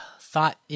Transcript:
thought